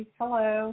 hello